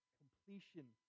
completion